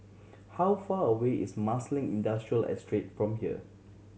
how far away is Marsiling Industrial Estate from here